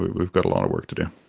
we've we've got a lot of work to do.